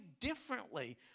differently